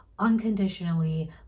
unconditionally